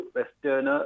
Western